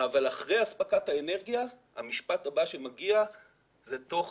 אבל אחרי הספקת האנרגיה, המשפט הבא שמגיע הוא "תוך